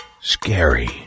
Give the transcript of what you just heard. scary